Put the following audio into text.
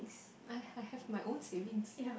I I have my own savings